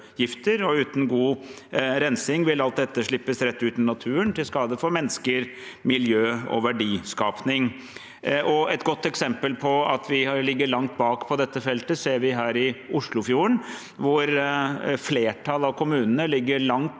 Uten god rensing vil alt dette slippes rett ut i naturen, til skade for mennesker, miljø og verdiskaping. Et godt eksempel på at vi ligger langt bak på dette feltet, ser vi i Oslofjorden, hvor flertallet av kommunene ligger langt